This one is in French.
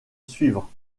suivre